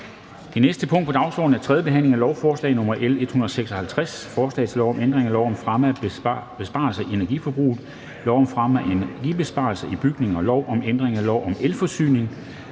næste punkt på dagsordenen er: 4) 3. behandling af lovforslag nr. L 156: Forslag til lov om ændring af lov om fremme af besparelser i energiforbruget, lov om fremme af energibesparelser i bygninger og lov om ændring af lov om elforsyning,